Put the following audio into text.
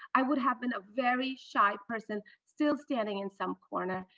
i would have been a very shy person, still standing in some corner.